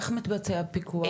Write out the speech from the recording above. איך מתבצע הפיקוח?